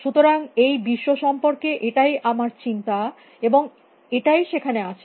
সুতরাং এই বিশ্ব সম্পর্কে এটাই আমার চিন্তা এবং এটাই সেখানে আছে